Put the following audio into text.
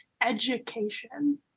education